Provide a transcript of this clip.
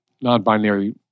non-binary